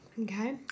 Okay